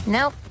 Nope